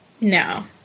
No